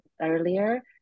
earlier